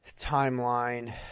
timeline